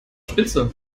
spitze